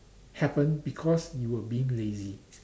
happen because you were being lazy